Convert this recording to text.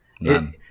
None